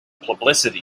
publicity